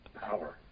power